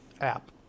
app